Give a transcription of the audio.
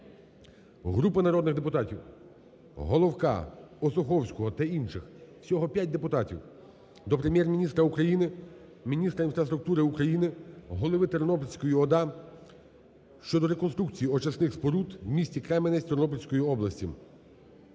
Групи народних депутатів (Головка, Осуховського та інших, всього 5 депутатів) до Прем'єр-міністра України, міністра інфраструктури України, голови Тернопільської ОДА щодо реконструкції очисних споруд в місті Кременець Тернопільської області.